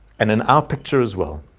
and in our picture as well.